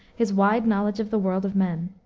his wide knowledge of the world of men.